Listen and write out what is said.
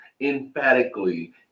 emphatically